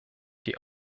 die